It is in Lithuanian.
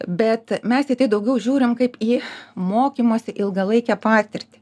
bet mes į tai daugiau žiūrim kaip į mokymosi ilgalaikę patirtį